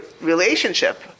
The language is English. relationship